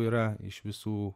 yra iš visų